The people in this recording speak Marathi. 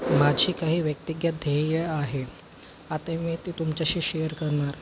माझी काही व्यक्तिगत ध्येयं आहेत आता मी ते तुमच्याशी शेयर करणार आहे